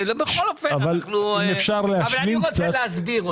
אבל אני רוצה להסביר אותו.